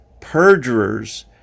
perjurers